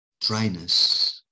dryness